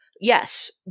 yes